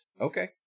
Okay